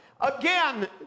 again